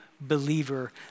believer